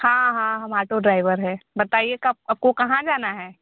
हाँ हाँ हम ऑटो ड्राइवर हैं बताइए कब आपको कहाँ जाना है